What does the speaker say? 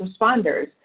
responders